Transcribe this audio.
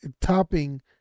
topping